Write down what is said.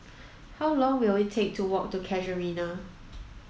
how long will it take to walk to Casuarina